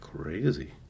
Crazy